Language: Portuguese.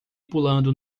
pulando